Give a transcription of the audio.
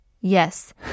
Yes